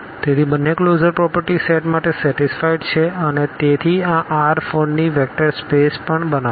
તેથી બંને closure properties set માટે સેટીસફાઈડ છે અને તેથી આ R4 ની વેક્ટર સ્પેસ પણ બનાવશે